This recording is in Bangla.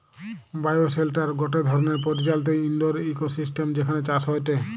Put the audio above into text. বায়োশেল্টার গটে ধরণের পরিচালিত ইন্ডোর ইকোসিস্টেম যেখানে চাষ হয়টে